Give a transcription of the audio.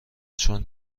چون